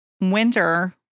winter